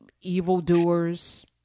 evildoers